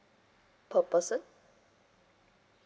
per person